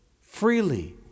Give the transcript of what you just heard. freely